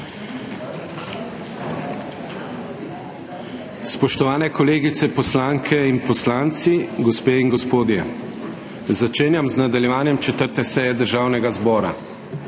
Spoštovane kolegice poslanke in poslanci, gospe in gospodje! Začenjam z nadaljevanjem 4. seje Državnega zbora.